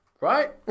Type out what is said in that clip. Right